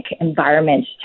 environment